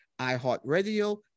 iHeartRadio